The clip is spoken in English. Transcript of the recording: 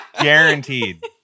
Guaranteed